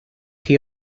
chi